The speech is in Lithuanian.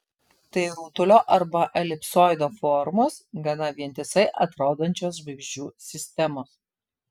tai rutulio arba elipsoido formos gana vientisai atrodančios žvaigždžių sistemos